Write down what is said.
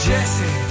Jesse